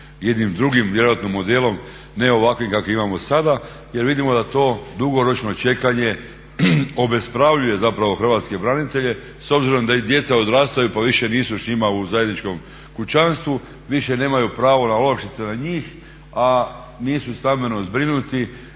jednim drugim vjerojatno modelom, ne ovakvim kakav imamo sada jer vidimo da to dugoročno čekanje obespravljuje zapravo hrvatske branitelje s obzirom da i djeca odrastaju pa više nisu s njima u zajedničkom kućanstvu, više nemaju pravo na olakšice na njih a nisu stambeno zbrinuti